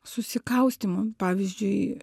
susikaustymo pavyzdžiui